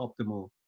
optimal